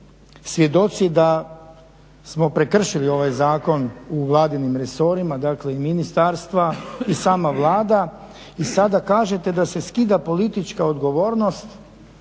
svjedoci da smo prekršili ovaj zakon u vladinim resorima, dakle i ministarstva i sama Vlada. I sada kažete da se skida politička odgovornost